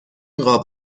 قاب